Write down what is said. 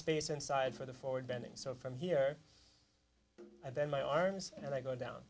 space inside for the forward bending so from here and then my arms and i go down